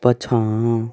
पाछाँ